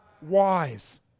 wise